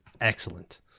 excellent